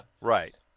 Right